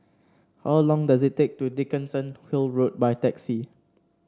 how long does it take to Dickenson Hill Road by taxi